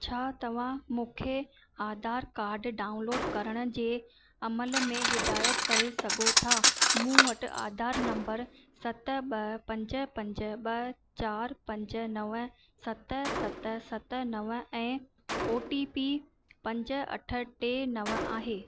छा तव्हां मूंखे आधार कार्ड डाउनलोड करण जे अमल में हिदाइत करे सघो था मूं वटि आधार नंबर सत ॿ पंज पंज ॿ चारि पंज नव सत सत सत नव ऐं ओ टी पी पंज अठ टे नव आहे